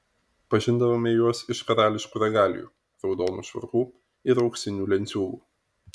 pažindavome juos iš karališkų regalijų raudonų švarkų ir auksinių lenciūgų